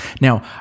Now